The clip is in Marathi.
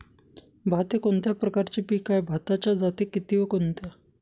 भात हे कोणत्या प्रकारचे पीक आहे? भाताच्या जाती किती व कोणत्या?